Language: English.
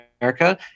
america